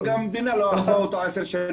אבל גם המדינה לא תעשה שעונים.